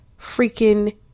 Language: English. freaking